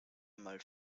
einmal